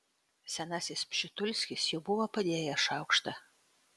senasis pšitulskis jau buvo padėjęs šaukštą